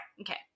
Okay